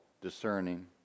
discerning